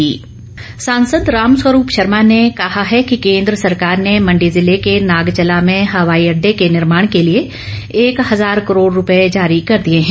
रामस्वरूप सांसद रामस्वरूप शर्मा ने कहा है कि केंद्र सरकार ने मण्डी जिले के नागचला में हवाई अड्डे के निर्माण के लिए एक हजार करोड़ रूपए जारी कर दिए हैं